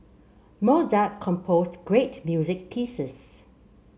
Mozart composed great music pieces